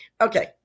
Okay